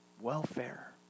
welfare